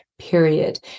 period